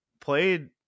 played